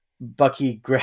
Bucky